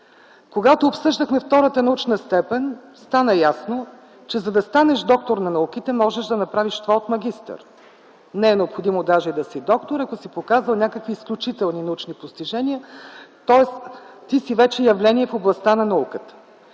Когато обсъждахме втората научна степен, стана ясно, че за да станеш доктор на науките, можеш да направиш това от магистър. Не е необходимо даже да си доктор, ако си показал някакви изключителни научни постижения. Тоест ти вече си явление в областта на науката.